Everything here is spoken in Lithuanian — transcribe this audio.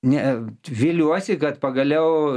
ne viliuosi kad pagaliau